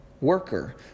worker